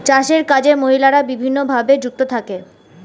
চাষের কাজে মহিলারা বিভিন্নভাবে যুক্ত থাকে